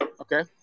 Okay